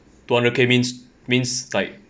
two hundred K means means like